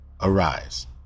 arise